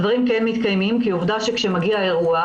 הדברים כן מתקיימים כי עובדה שכאשר מגיע אירוע,